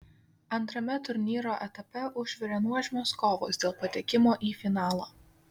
antrame turnyro etape užvirė nuožmios kovos dėl patekimo į finalą